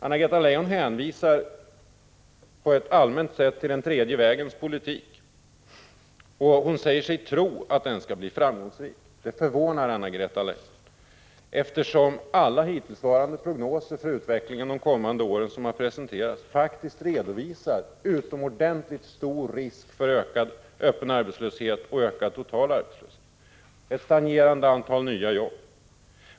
Anna-Greta Leijon hänvisar på ett allmänt sätt till en tredje vägens politik, 15 november 1985 och hon säger sig tro att den skall bli framgångsrik. Det förvånar, Anna-Greta Leijon, eftersom alla hittillsvarande prognoser som presenterats för utvecklingen under de kommande åren faktiskt redovisar en utomordentligt stor risk för ökad öppen arbetslöshet, ökad total arbetslöshet och ett stagnerande antal nya jobb.